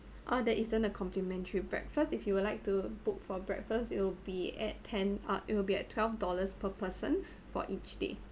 ah there isn't a complimentary breakfast if you would like to book for breakfast it'll be at ten ah it will be at twelve dollars per person for each day